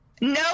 No